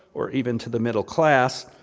or even to the middle-class,